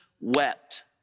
wept